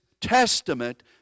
testament